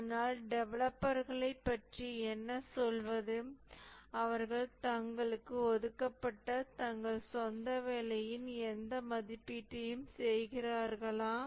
ஆனால் டெவலப்பர்களைப் பற்றி என்ன சொல்வது அவர்கள் தங்களுக்கு ஒதுக்கப்பட்ட தங்கள் சொந்த வேலையின் எந்த மதிப்பீட்டையும் செய்கிறார்களா